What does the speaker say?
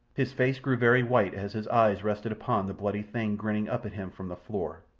his face grew very white as his eyes rested upon the bloody thing grinning up at him from the floor,